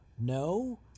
No